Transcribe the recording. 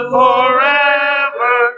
forever